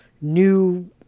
new